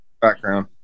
Background